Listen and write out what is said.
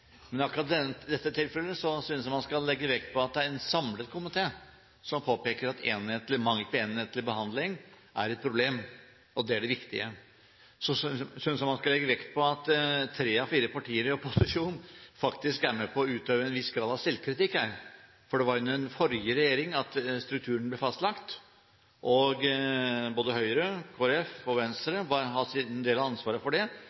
men akkurat i dette tilfellet synes jeg man skal legge vekt på at det er en samlet komité som påpeker at mangel på enhetlig behandling er et problem, og det er det viktige. Så synes jeg man skal legge vekt på at tre av fire partier i opposisjon faktisk er med på å utøve en viss grad av selvkritikk her, for det var under den forrige regjering at strukturen ble fastlagt. Både Høyre, Kristelig Folkeparti og Venstre har sin del av ansvaret for det